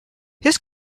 his